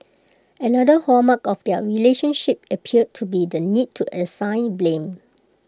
another hallmark of their relationship appeared to be the need to assign blame